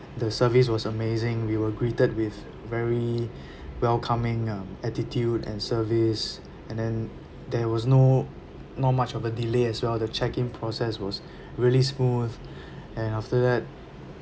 the service was amazing we were greeted with very welcoming um attitude and service and then there was no not much of a delay as well the check in process was really smooth and after that